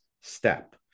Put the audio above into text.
step